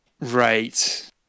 Right